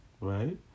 right